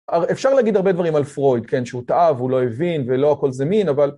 אפשר להגיד הרבה דברים על פרויד, שהוא טעה, הוא לא הבין, ולא הכל זה מין, אבל...